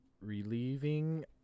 relieving